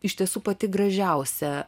iš tiesų pati gražiausia